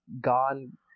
gone